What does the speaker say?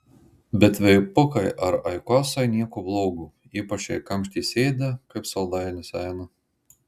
bet veipukai ar aikosai nieko blogo ypač jei kamšty sėdi kaip saldainis eina